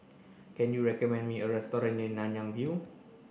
can you recommend me a restaurant near Nanyang View